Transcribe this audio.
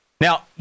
Now